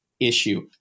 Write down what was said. issue